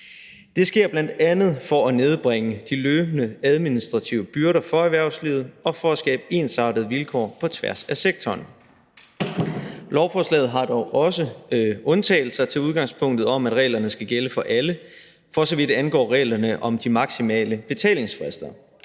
Det sker bl.a. for at nedbringe de løbende administrative byrder for erhvervslivet og for at skabe ensartede vilkår på tværs af sektoren. Lovforslaget har dog også undtagelser til udgangspunktet om, at reglerne skal gælde for alle, for så vidt angår reglerne om de maksimale betalingsfrister.